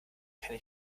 kenne